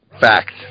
Fact